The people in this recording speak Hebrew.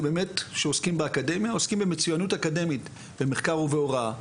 זה באמת כשעוסקים באקדמיה עוסקים במצוינות אקדמית במחקר ובהוראה,